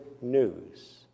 news